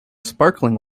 sparkling